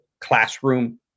classroom